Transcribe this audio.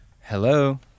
Hello